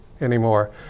anymore